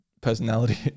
personality